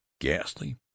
ghastly